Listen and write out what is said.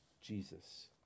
Jesus